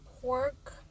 pork